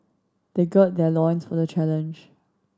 they gird their loins for the challenge